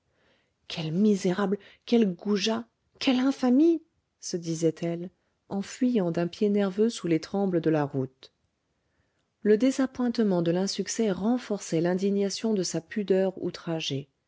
quel misérable quel goujat quelle infamie se disait-elle en fuyant d'un pied nerveux sous les trembles de la route le désappointement de l'insuccès renforçait l'indignation de sa pudeur